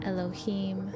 Elohim